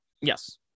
Yes